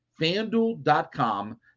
Fanduel.com